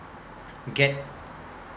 get